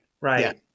Right